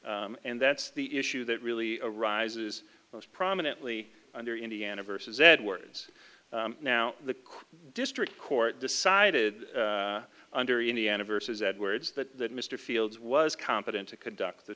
trial and that's the issue that really arises most prominently under indiana versus edwards now the district court decided under indiana versus edwards that mr fields was competent to conduct the